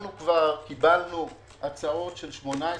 אנו כבר קיבלנו הצעות של 18 חברות.